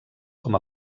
com